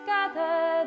Gather